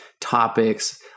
topics